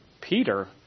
Peter